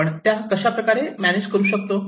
आपण त्या कशाप्रकारे मॅनेज करू शकतो